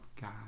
God